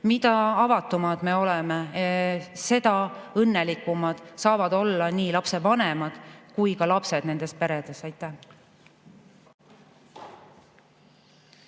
Mida avatumad me oleme, seda õnnelikumad saavad olla nii lapsevanemad kui ka lapsed nendes peredes. Aitäh!